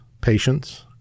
patience